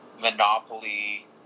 monopoly